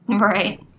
Right